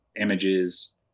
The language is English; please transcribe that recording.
images